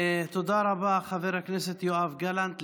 תודה רבה, חבר הכנסת יואב גלנט.